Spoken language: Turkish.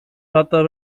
hatta